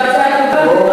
זו הצעה טובה.